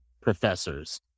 professors